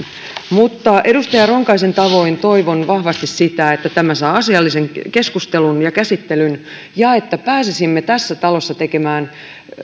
mutta edustaja ronkaisen tavoin toivon vahvasti sitä että tämä saa asiallisen keskustelun ja käsittelyn ja että pääsisimme tässä talossa tekemään